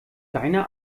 deine